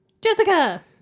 Jessica